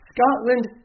Scotland